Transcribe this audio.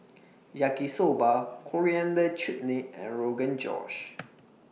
Yaki Soba Coriander Chutney and Rogan Josh